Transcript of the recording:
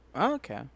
Okay